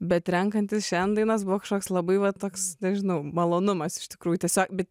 bet renkantis šiandien dainas buvo kažkoks labai va toks nežinau malonumas iš tikrųjų tiesiog bet